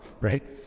right